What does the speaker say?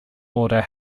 order